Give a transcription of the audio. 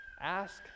Ask